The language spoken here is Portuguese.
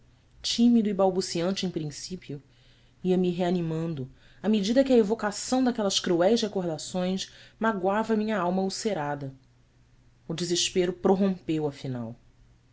tímido e balbuciante em princípio ia-me reanimando à medida que a evocação daquelas cruéis recordações magoava minha alma ulcerada o desespero prorrompeu afinal